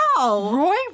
Roy